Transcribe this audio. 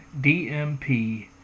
DMP